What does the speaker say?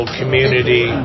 community